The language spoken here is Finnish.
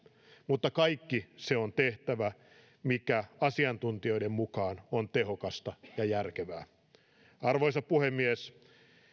mutta kaikki se on tehtävä mikä asiantuntijoiden mukaan on tehokasta ja järkevää arvoisa puhemies